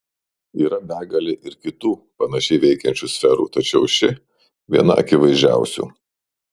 yra begalė ir kitų panašiai veikiančių sferų tačiau ši viena akivaizdžiausių